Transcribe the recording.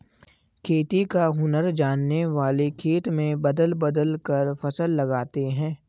खेती का हुनर जानने वाले खेत में बदल बदल कर फसल लगाते हैं